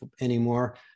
anymore